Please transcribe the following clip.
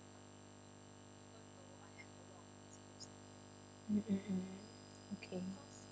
mm mm mm okay